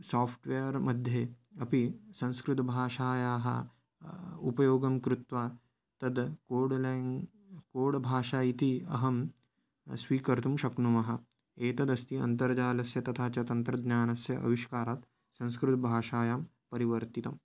software मध्ये अपि संस्कृतभाषायाः उपयोगं कृत्वा तत् कोड् लेङ्ग् कोड् भाषा इति अहं स्वीकर्तुं शक्नुमः एतदस्ति अन्तर्जालस्य तथा च तन्त्रज्ञानस्य अविष्कारात् संस्कृतभाषायां परिवर्तितम्